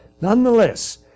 Nonetheless